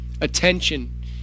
attention